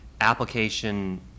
application